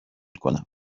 کنم